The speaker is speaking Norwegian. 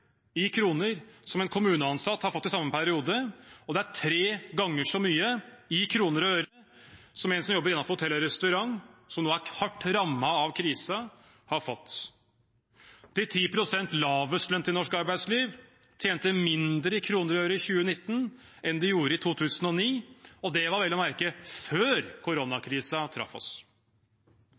i kroner som en kommuneansatt har fått i samme periode, og det er tre ganger så mye i kroner og øre som en som jobber innenfor hotell- og restaurantbransjen, som nå er hardt rammet av krisen, har fått. De 10 pst. lavest lønte i norsk arbeidsliv tjente mindre i kroner og øre i 2019 enn de gjorde i 2009, og det var vel å merke før koronakrisen traff oss.